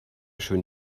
schön